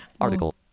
Article